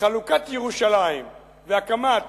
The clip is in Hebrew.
חלוקת ירושלים והקמת